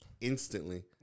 instantly